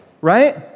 right